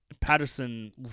Patterson